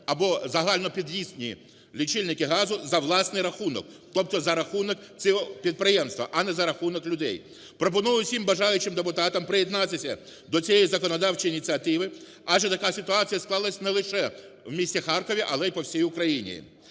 або загальнопід'їздні лічильники газу за власний рахунок, тобто за рахунок цього підприємства, а не за рахунок людей. Пропоную усім бажаючим депутатам приєднатися до цієї законодавчої ініціативи, адже така ситуація склалася не лише в місті Харкові, але й по всій Україні.